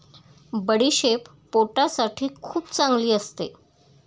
बडीशेप पोटासाठी खूप चांगली असते